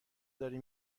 داری